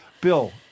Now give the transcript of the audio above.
bill